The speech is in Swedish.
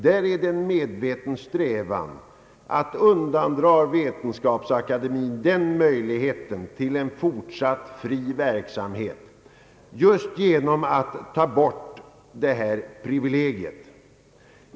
Det är nu en medveten strävan att undandra Vetenskapsakademien möjlighet till en fortsatt fri verksamhet genom att ta bort detta privilegium.